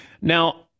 now